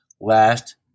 last